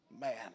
Man